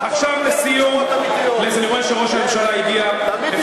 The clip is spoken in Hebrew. עכשיו לסיום, אני רואה שראש הממשלה הגיע, לך.